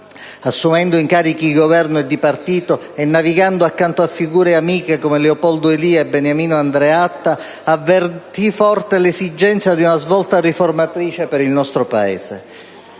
Assumendo incarichi di governo e di partito e navigando accanto a figure amiche come Leopoldo Elia e Beniamino Andreatta, avvertì forte l'esigenza di una svolta riformatrice per il nostro Paese.